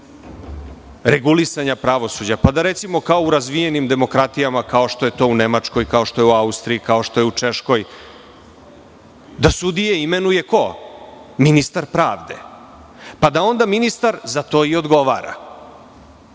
regulisanja pravosuđa, pa da, recimo, kao u razvijenim demokratijama, kao što je to u Nemačkoj, Austriji, Češkoj, da sudije imenuje ministar pravde, pa da onda ministar za to i odgovora.U